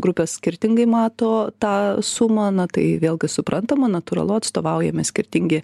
grupės skirtingai mato tą sumą na tai vėlgi suprantama natūralu atstovaujami skirtingi